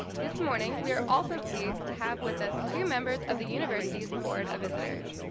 this morning, we are also pleased to have with us two members of the university's board of visitors,